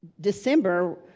December